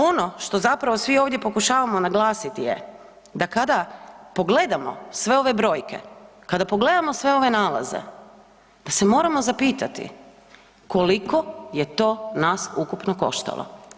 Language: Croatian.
Ono što zapravo svi ovdje pokušavamo naglasiti je, da kada pogledamo sve ove brojke, kada pogledamo sve one nalaze, da se moramo zapitati koliko je to nas ukupno koštalo.